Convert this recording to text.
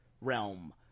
realm